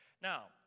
Now